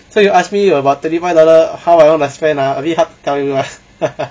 so you ask me about twenty five dollar how I want to spend ah a bit hard to tell you lah